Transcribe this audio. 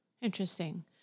interesting